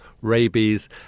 rabies